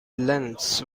lengths